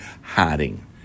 hiding